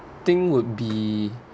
think would be